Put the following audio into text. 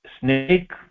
snake